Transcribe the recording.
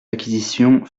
acquisitions